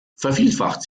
vervielfacht